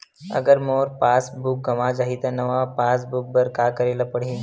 अगर मोर पास बुक गवां जाहि त नवा पास बुक बर का करे ल पड़हि?